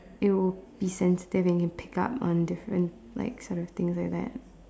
it will be sensitive and can pick up on different like sort of things like that